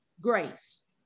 Grace